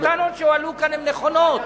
הטענות שהועלו כאן הן נכונות.